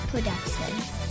Production